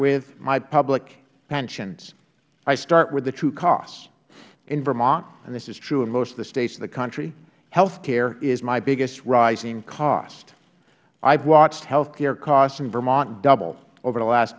with my public pensions i start with the true costs in vermont and this is true of most of the states in the country health care is my biggest rising cost i have watched health care costs in vermont double over the last